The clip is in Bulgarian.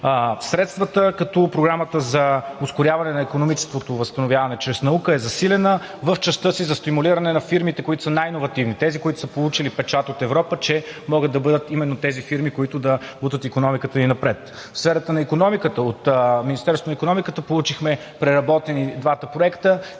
средствата, като програмата за ускоряване на икономическото възстановяване чрез наука е засилена в частта си за стимулиране на фирмите, които са най-иновативни – тези, които са получили печат от Европа, че могат да бъдат именно тези фирми, които да бутат икономиката ни напред. В сферата на икономиката – от Министерството на икономиката получихме преработени двата проекта